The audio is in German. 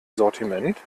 sortiment